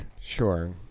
Sure